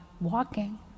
walking